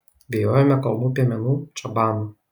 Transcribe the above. bijojome kalnų piemenų čabanų